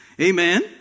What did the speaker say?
Amen